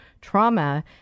trauma